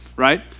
right